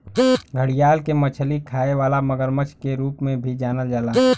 घड़ियाल के मछली खाए वाला मगरमच्छ के रूप में भी जानल जाला